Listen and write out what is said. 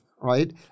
right